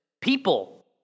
People